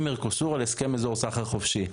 עם מרקוסור על הסכם אזור סחר חופשי.